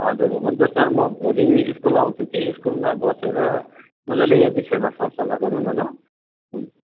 हजुर हुन्छ सर म भोलि स्कुल आउँछु कि स्कुलमा बसेर मजाले यो विषयमा सर सल्लाह गरौँ न ल हुन्छ